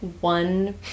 one